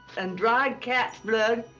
and dried cat's blood,